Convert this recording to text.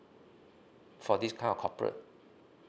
for this kind of corporate